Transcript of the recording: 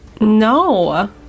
No